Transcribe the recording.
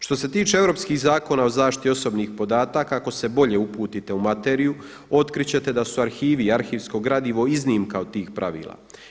Što se tiče europskih zakona o zaštiti osobnih podataka ako se bolje uputite u materiju otkriti ćete da su arhivi i arhivsko gradivo iznimka od tih pravila.